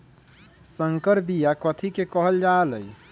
संकर बिया कथि के कहल जा लई?